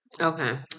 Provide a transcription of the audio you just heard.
Okay